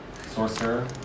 sorcerer